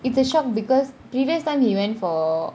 it's a shock because previous time he went for